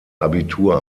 abitur